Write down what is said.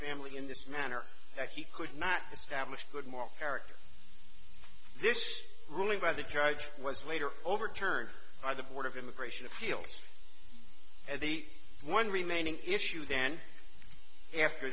family in this manner that he could not establish good moral character this ruling by the judge was later overturned by the board of immigration appeals and the one remaining issue then after